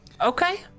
Okay